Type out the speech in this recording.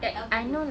I ah boleh